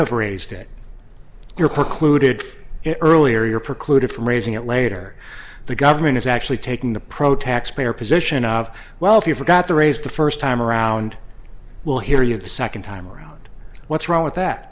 have raised it you're precluded earlier you're precluded from raising it later the government is actually taking the pro taxpayer position of well if you forgot to raise the first time around we'll hear you the second time around what's wrong with that